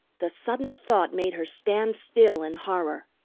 the sudden thought made her stand still in horror.